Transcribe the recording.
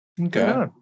Okay